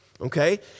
okay